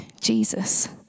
Jesus